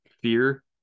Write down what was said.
Fear